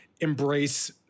embrace